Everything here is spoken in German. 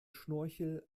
schnorchel